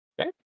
Okay